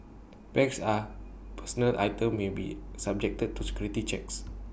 bags are personal items may be subjected to security checks